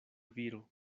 viro